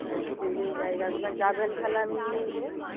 আর যে যে জায়গাগুলা যাবেন তাহলে আমি নিয়ে যাবো